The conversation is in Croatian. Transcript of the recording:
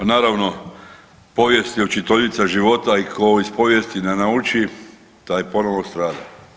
Pa naravno „povijest je učiteljica života“ i ko iz povijesti ne nauči taj ponovo strada.